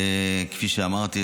כפי שאמרתי,